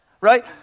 Right